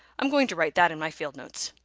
i'm going to write that in my field notes.